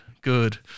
good